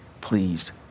pleased